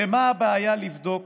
הרי מה הבעיה לבדוק